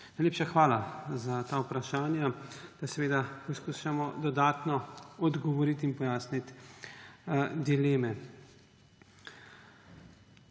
najlepša hvala za ta vprašanja, da seveda poskušamo dodatno odgovoriti in pojasniti dileme.